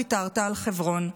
ויתרת על חברון,